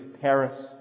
Paris